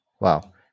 Wow